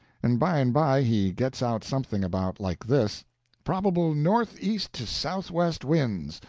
and by and by he gets out something about like this probable northeast to southwest winds,